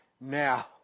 now